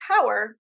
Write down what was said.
power